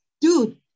Dude